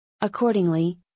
Accordingly